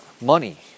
money